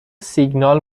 سیگنال